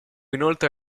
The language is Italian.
inoltre